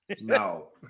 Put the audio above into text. No